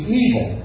evil